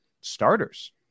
starters